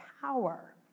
power